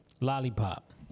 lollipop